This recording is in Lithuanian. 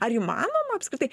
ar įmanoma apskritai